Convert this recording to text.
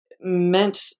meant